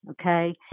okay